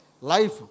life